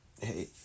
hey